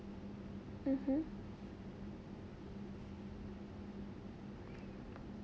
mmhmm